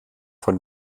von